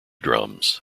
drums